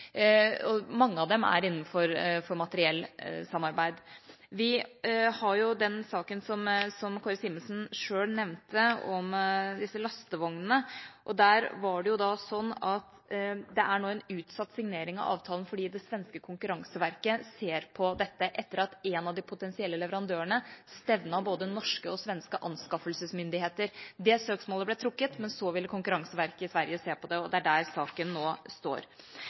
Mange av dem er innenfor materiellsamarbeid. Vi har jo den saken som Kåre Simensen selv nevnte, om disse lastevognene. Der er nå signering av avtalen utsatt fordi det svenske konkurranseverket ser på dette etter at en av de potensielle leverandørene stevnet både norske og svenske anskaffelsesmyndigheter. Det søksmålet ble trukket, men så ville konkurranseverket i Sverige se på det, og det er der saken nå står.